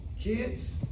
Kids